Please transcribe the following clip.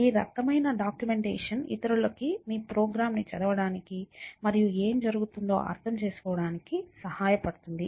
ఈ రకమైన డాక్యుమెంటేషన్ ఇతరులకి మీ ప్రోగ్రామ్ ను చదవడానికి మరియు ఏమి జరుగుతుందో అర్థం చేసుకోవడానికి సహాయపడుతుంది